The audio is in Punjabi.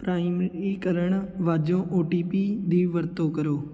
ਪ੍ਰਮਾਣੀਕਰਨ ਵਜੋਂ ਓ ਟੀ ਪੀ ਦੀ ਵਰਤੋਂ ਕਰੋ